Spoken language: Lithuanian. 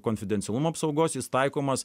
konfidencialumo apsaugos jis taikomas